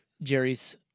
Jerry's